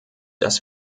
dass